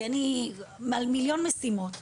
כי אני יש לי מיליון משימות,